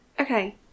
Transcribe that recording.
Okay